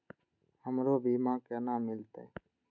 हमरो बीमा केना मिलते?